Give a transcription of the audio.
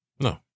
No